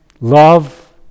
Love